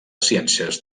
ciències